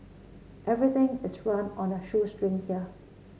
everything is run on a shoestring here